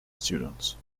students